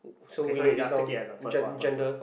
okay so we just take it as the first one first lah